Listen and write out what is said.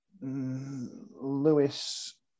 Lewis